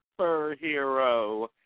superhero